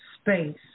space